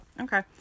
Okay